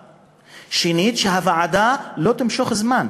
2. שהוועדה לא תמשוך זמן,